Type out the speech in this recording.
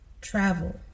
Travel